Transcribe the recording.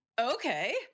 okay